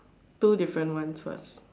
two different one suck